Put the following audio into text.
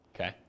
okay